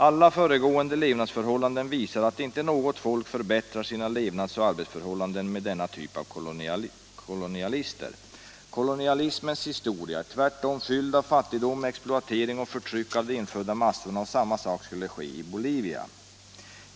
Alla föregående levnadsförhållanden visar att inte något folk förbättrar sina levnadsoch arbetsförhållanden med denna typ av kolonister. Kolonialismens historia är tvärtom fylld av fattigdom, exploatering och förtryck av de infödda massorna. Och samma sak skulle ske i Bolivia.